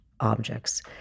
objects